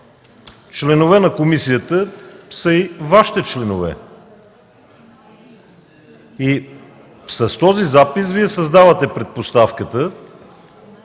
Членове на комисията са и Вашите членове. С този запис Вие създавате предпоставката